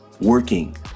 Working